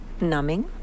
numbing